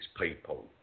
people